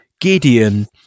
gideon